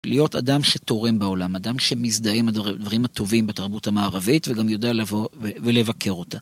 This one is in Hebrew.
להיות אדם שתורם בעולם, אדם שמזדהה עם הדברים הטובים בתרבות המערבית וגם יודע לבוא ולבקר אותה.